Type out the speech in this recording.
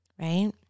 right